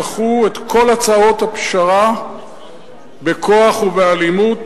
דחו את כל הצעות הפשרה בכוח ובאלימות,